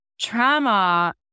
trauma